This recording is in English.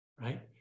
right